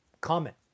comment